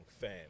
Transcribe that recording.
fan